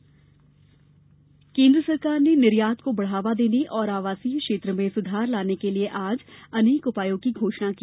वित्तमंत्री निर्यात केन्द्र सरकार ने निर्यात को बढावा देने और आवासीय क्षेत्र में सुधार लाने के लिए आज अनेक उपायो की घोषणा की